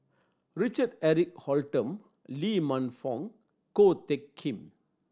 Richard Eric Holttum Lee Man Fong Ko Teck Kin